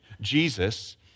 Jesus